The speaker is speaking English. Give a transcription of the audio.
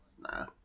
nah